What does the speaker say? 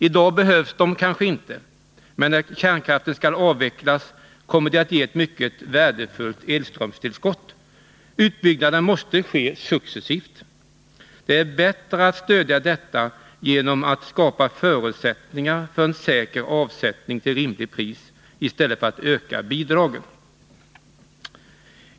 I dag behövs de kanske inte, men när kärnkraften skall avvecklas kommer de att ge ett mycket värdefullt elströmstillskott. Utbyggnaden måste ske successivt. Det är bättre att stödja detta genom att skapa förutsättningar för en säker avsättning till rimligt pris än genom att öka bidragen.